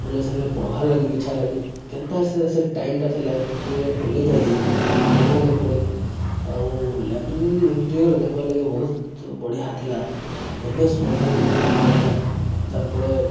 ବୋଲେ ସେନେ ପଢ଼ବାର୍ ଲାଗି ବି ଇଚ୍ଛା ଲାଗେ କେନ୍ତା କରି ସେ ଟାଇମଟା ସେ ଲାଇବ୍ରେରୀରେ ପଲେଇଯାଏ ଯେ ଜଣା ନାଇଁ ପଡ଼େ ଆଉ ଲାଇବ୍ରେରୀ ଇଣ୍ଟେରିଅର ଦେଖିବାର୍ ଲାଗି ବହୁତ ବଢ଼ିଆ ଥିଲା ପରିବେଶ ପଢ଼ବାର୍ ଲାଗି ବହୁତ ବଢ଼ିଆ ଥିଲା ତାର୍ ପରେ